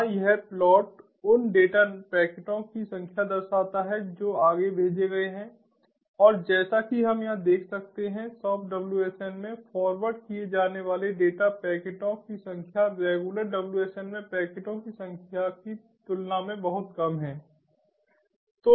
यहां यह प्लॉट उन डेटा पैकेटों की संख्या दर्शाता है जो आगे भेजे गए हैं और जैसा कि हम यहां देख सकते हैं सॉफ्ट WSN में फॉरवर्ड किए जाने वाले डेटा पैकेटों की संख्या रेगुलर WSN में पैकेटों की संख्या की तुलना में बहुत कम है